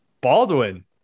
Baldwin